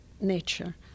nature